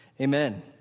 Amen